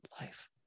life